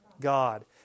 God